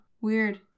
weird